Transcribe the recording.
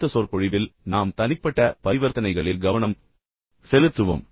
அடுத்த சொற்பொழிவில் நாம் தனிப்பட்ட பரிவர்த்தனைகளில் கவனம் செலுத்துவோம்